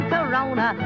Corona